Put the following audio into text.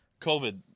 COVID